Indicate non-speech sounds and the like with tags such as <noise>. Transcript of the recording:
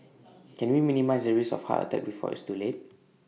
<noise> can we minimise the risk of heart attack before it's too late